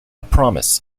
promise